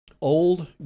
Old